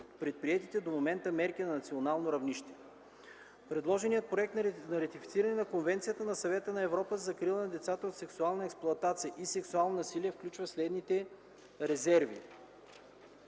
предприетите до момента мерки на национално равнище. Предложеният проект на ратифициране на Конвенцията на Съвета на Европа за закрила на децата от сексуална експлоатация и сексуално насилие включва следните резерви: